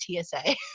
TSA